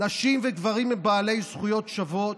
נשים וגברים הם בעלי זכויות שוות,